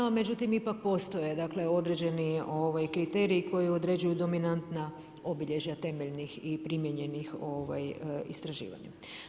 Međutim, ipak postoje određeni kriteriji koji određuju dominantna obilježja temeljnih i primijenjenih istraživanja.